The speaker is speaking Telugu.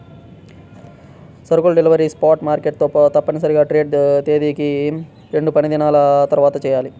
సరుకుల డెలివరీ స్పాట్ మార్కెట్ తో తప్పనిసరిగా ట్రేడ్ తేదీకి రెండుపనిదినాల తర్వాతచెయ్యాలి